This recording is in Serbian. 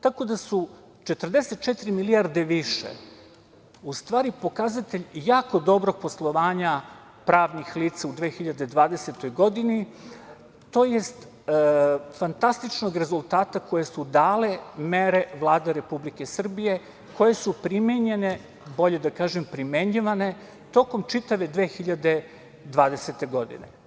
Tako da su 44 milijarde više u stvari pokazatelj jako dobrog poslovanja pravnih lica u 2020. godini, tj. fantastičnog rezultata koje su dale mere Vlade Republike Srbije, koje su primenjene, bolje da kažem primenjivane tokom čitave 2020. godine.